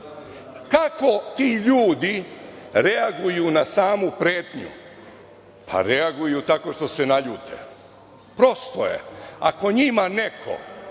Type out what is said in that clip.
tada. Kako ti ljudi reaguju na samu pretnju? Pa, reaguju tako što se naljute. Prosto je, ako njima neko,